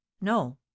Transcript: no